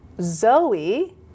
Zoe